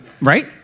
right